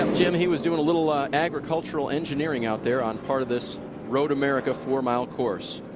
um um he was doing a little agricultural engineering out there on part of this road america four mile course.